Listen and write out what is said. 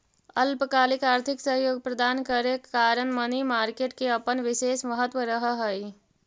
अल्पकालिक आर्थिक सहयोग प्रदान करे कारण मनी मार्केट के अपन विशेष महत्व रहऽ हइ